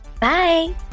Bye